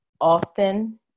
often